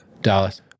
Dallas